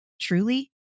truly